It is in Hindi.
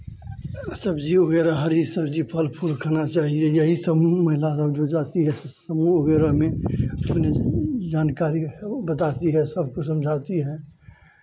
सब्ज़ी वग़ैरह हरी सब्ज़ी फल फूल खाना चाहिए यही सब महिला सब जो जाती है समूह वग़ैरह में तो उन्हें जानकारी वो बताती हैं सबको समझाती हैं